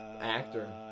actor